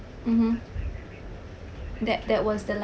mmhmm that that was the last